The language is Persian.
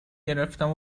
گرفتم